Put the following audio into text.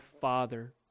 Father